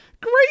great